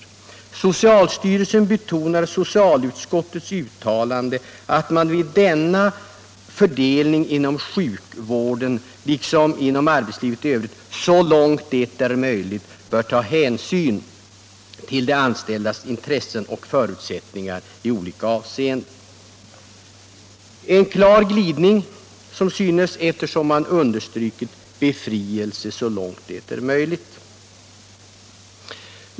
Herr Aspling fortsatte: ”Socialstyrelsen betonar socialutskottets uttalande att man vid denna fördelning inom sjukvården liksom inom arbetslivet i övrigt så långt det är möjligt bör ta hänsyn till de anställdas intressen och förutsättningar i olika avseenden.” Som synes är detta en klar glidning; man talar här alltså om befrielse ”så långt det är möjligt”.